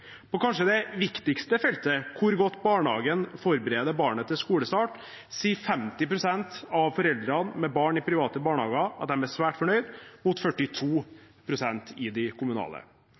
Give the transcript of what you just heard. gjelder kanskje det viktigste feltet – hvor godt barnehagen forbereder barnet til skolestart – sier 50 pst. av foreldrene med barn i private barnehager at de er svært fornøyd, mot 42 pst. av foreldrene med barn i de kommunale.